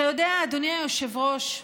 אתה יודע, אדוני היושב-ראש,